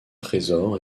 trésor